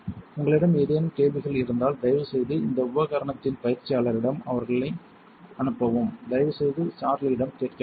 உங்களிடம் ஏதேனும் கேள்விகள் இருந்தால் தயவுசெய்து இந்த உபகரணத்தின் பயிற்சியாளரிடம் அவர்களை அனுப்பவும் தயவுசெய்து சார்லியிடம் கேட்க வேண்டாம்